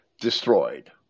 destroyed